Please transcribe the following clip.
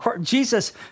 Jesus